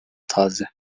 taze